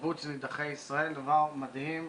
קיבוץ נידחי ישראל, דבר מדהים.